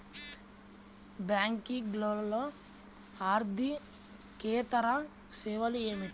బ్యాంకింగ్లో అర్దికేతర సేవలు ఏమిటీ?